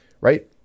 Right